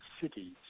cities